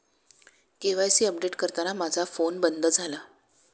KYC update करताना माझा phone बंद झाला